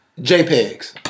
JPEGs